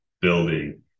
building